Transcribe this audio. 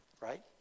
right